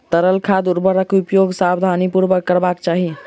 तरल खाद उर्वरकक उपयोग सावधानीपूर्वक करबाक चाही